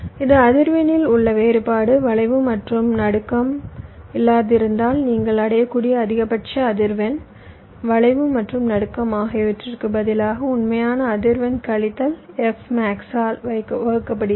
இது அதிர்வெண்ணில் உள்ள வேறுபாடு வளைவு மற்றும் நடுக்கம் இல்லாதிருந்தால் நீங்கள் அடையக்கூடிய அதிகபட்ச அதிர்வெண் வளைவு மற்றும் நடுக்கம் ஆகியவற்றிற்கு பதிலாக உண்மையான அதிர்வெண் கழித்தல் f மேக்ஸால் வகுக்கப்படுகிறது